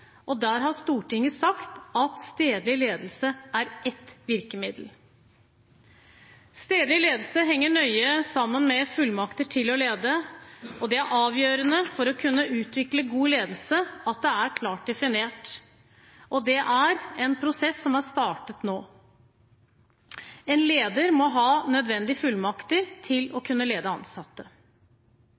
og der har Stortinget sagt at stedlig ledelse er ett virkemiddel. Stedlig ledelse henger nøye sammen med fullmakter til å lede, og det er avgjørende for å kunne utvikle god ledelse at det er klart definert. Det er en prosess som er startet nå. En leder må ha nødvendige fullmakter til å kunne lede ansatte.